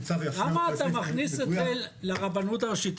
הושקעו בזה המון שעות עבודה.